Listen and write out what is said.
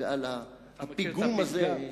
ועל הפיגום הזה,